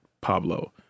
Pablo